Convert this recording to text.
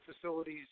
facilities